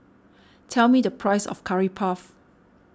tell me the price of Curry Puff